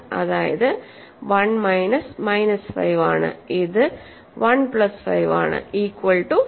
അതായത് 1 minus minus 5 ആണ് ഇത് 1 പ്ലസ് 5 ആണ് ഈക്വൽ ടു 6 ആണ്